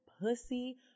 pussy